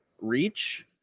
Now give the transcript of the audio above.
reach